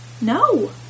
No